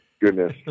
goodness